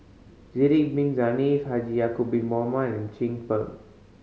Sidek Bin Saniff Haji Ya'acob Bin Mohamed Chin Peng